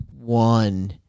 one